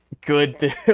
good